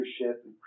leadership